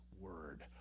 word